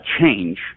change